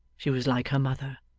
she was like her mother.